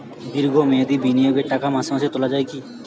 দীর্ঘ মেয়াদি বিনিয়োগের টাকা মাসে মাসে তোলা যায় কি?